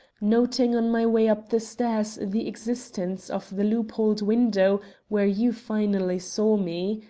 noting on my way up the stairs the existence of the loopholed window where you finally saw me.